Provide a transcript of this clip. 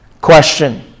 Question